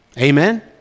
Amen